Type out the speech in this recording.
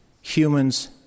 humans